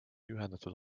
ühendatud